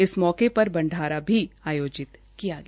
इस मौके पर भंडारा भी आयोजित किया गया